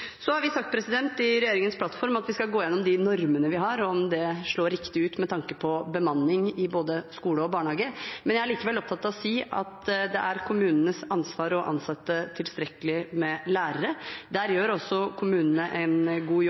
har sagt i regjeringens plattform at vi skal gå igjennom de normene vi har, om de slår riktig ut med tanke på bemanning i både skole og barnehage. Men jeg er likevel opptatt av å si at det er kommunenes ansvar å ansette tilstrekkelig med lærere. Der gjør også kommunene en god